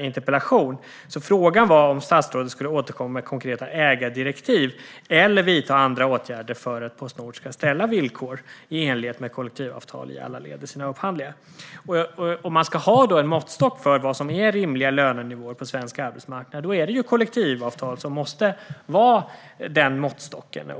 interpellation. Frågan var alltså om statsrådet skulle återkomma med konkreta ägardirektiv eller vidta andra åtgärder för att Postnord ska ställa villkor i enlighet med kollektivavtal i alla led i sina upphandlingar. Om man ska ha en måttstock för vad som är rimliga lönenivåer på svensk arbetsmarknad är det ju kollektivavtal som måste vara den måttstocken.